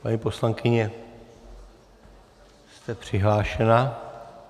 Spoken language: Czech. Paní poslankyně, jste přihlášená.